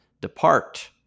depart